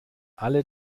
alle